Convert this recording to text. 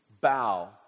bow